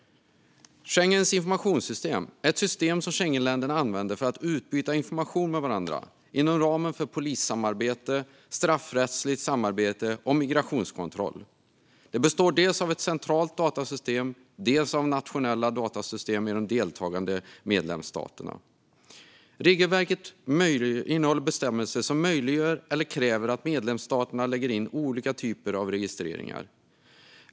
Schengens informationssystem, SIS, är ett system som Schengenländerna använder för att utbyta information med varandra inom ramen för polissamarbete, straffrättsligt samarbete och migrationskontroll. Det består dels av ett centralt datasystem, dels av nationella datasystem i de deltagande medlemsstaterna. Regelverket innehåller bestämmelser som möjliggör eller kräver att medlemsstaterna lägger in olika typer av registreringar.